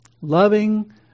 Loving